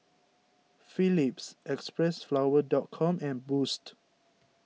Phillips Xpressflower dot com and Boost